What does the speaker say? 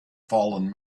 fallen